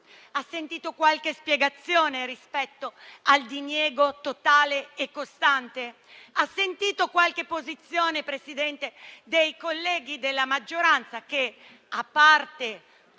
Ha sentito qualche spiegazione rispetto al diniego totale e costante? Ha sentito qualche posizione dei colleghi della maggioranza, che, a parte